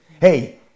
Hey